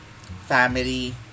family